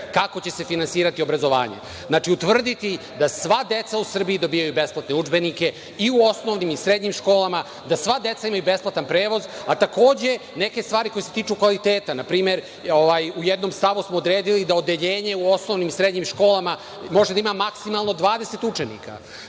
kako će se finansirati obrazovanje. Znači, utvrditi da sva deca u Srbiji dobijaju besplatne udžbenike, i u osnovnim i u srednjim školama, da sva deca imaju besplatan prevoz, a takođe neke stvari koje se tiču kvaliteta. Na primer, u jednom stavu smo odredili da odeljenje u osnovnim i srednjim školama može da ima maksimalno 20 učenika,